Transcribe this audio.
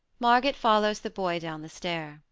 marget follows the boy down the stair.